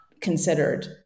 considered